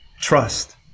Trust